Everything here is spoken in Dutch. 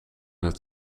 het